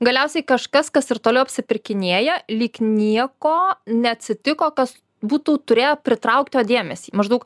galiausiai kažkas kas ir toliau apsipirkinėja lyg nieko neatsitiko kas būtų turėję pritraukt jo dėmesį maždaug